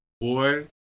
Boy